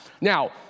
Now